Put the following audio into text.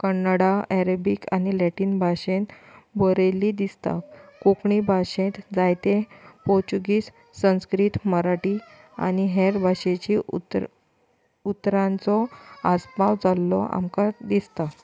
Kannada Arabic आनी Latin भाशेंत बरयिल्ली दिसता कोंकणी भाशेंत जायते पोर्चुगीज संस्कृत मराठी आनी हेर भाशेची उतर उतरांचो आसपाव जाल्लो आमकां दिसता